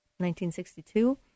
1962